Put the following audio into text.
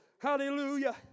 Hallelujah